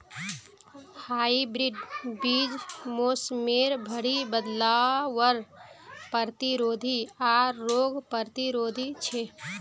hybrid बीज मोसमेर भरी बदलावर प्रतिरोधी आर रोग प्रतिरोधी छे